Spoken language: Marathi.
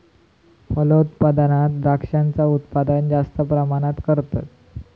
फलोत्पादनात द्रांक्षांचा उत्पादन जास्त प्रमाणात करतत